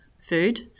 food